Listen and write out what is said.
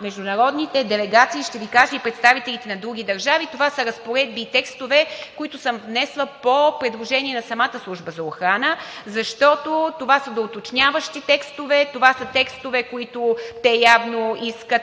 международните делегации ще Ви кажа и представителите на други държави. Това са разпоредби и текстове, които съм внесла по предложение на самата Служба за охрана, защото това са доуточняващи текстове, това са текстове, които те явно искат